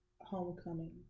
homecoming